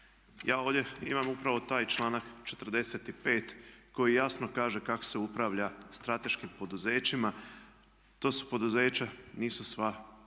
Ja ovdje imam upravo taj članak 45.koji jasno kaže kako se upravlja strateškim poduzećima. To su poduzeća, nisu sva